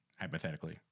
hypothetically